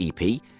EP